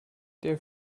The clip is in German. der